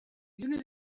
lluna